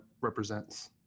represents